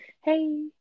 Hey